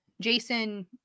Jason